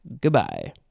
Goodbye